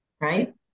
right